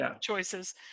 choices